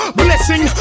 blessing